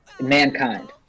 mankind